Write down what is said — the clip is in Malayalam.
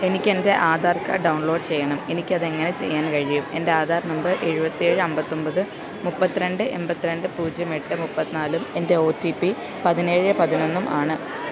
എനിക്കെൻ്റെ ആധാർ കാർഡ് ഡൗൺലോഡ് ചെയ്യണം എനിക്ക് അതെങ്ങനെ ചെയ്യാൻ കഴിയും എൻറ്റാധാർ നമ്പർ എഴുപത്തേഴ് അമ്പത്തൊമ്പത് മുപ്പത് രണ്ട് എൺപത് രണ്ട് പൂജ്യം എട്ട് മുപ്പത്ത് നാലും എൻ്റെ ഒ ടി പി പതിനേഴ് പതിനൊന്നും ആണ്